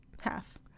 Half